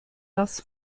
das